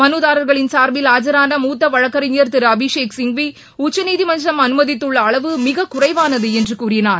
மனுதாரர்களின் சார்பில் ஆஜரான மூத்த வழக்கறிஞர் திரு அபிஷேக் சிங்வி உச்சநீதிமன்றம் அனுமதித்துள்ள அளவு மிக குறைவானது என்று கூறினார்